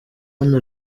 hano